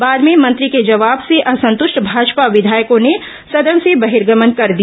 बाद में मंत्री के जवाब से असंतृष्ट भाजपा विधायकों ने सदन से बहिर्गमन कर दिया